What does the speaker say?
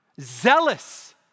zealous